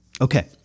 Okay